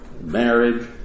marriage